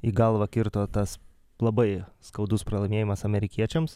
į galvą kirto tas labai skaudus pralaimėjimas amerikiečiams